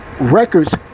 records